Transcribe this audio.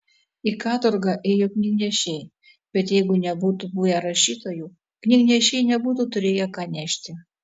į katorgą ėjo knygnešiai bet jeigu nebūtų buvę rašytojų knygnešiai nebūtų turėję ką nešti